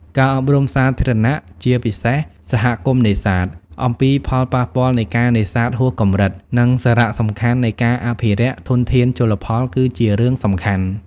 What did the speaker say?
ការអប់រំសាធារណជន ជាពិសេសសហគមន៍នេសាទ អំពីផលប៉ះពាល់នៃការនេសាទហួសកម្រិត និងសារៈសំខាន់នៃការអភិរក្សធនធានជលផលគឺជារឿងសំខាន់។